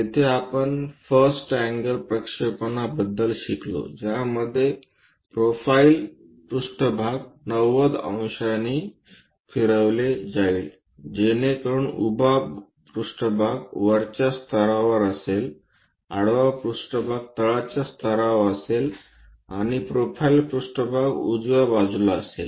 तेथे आपण first angle प्रक्षेपण बद्दल शिकलो ज्यामध्ये प्रोफाइल पृष्ठभाग 90 अंशांनी फिरविले जाईल जेणेकरून उभा पृष्ठभाग वरच्या स्तरावर असेल आडवा पृष्ठभाग तळाच्या स्तरावर असेल आणि प्रोफाइल पृष्ठभाग उजव्या बाजूला असेल